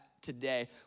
today